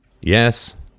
Yes